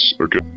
okay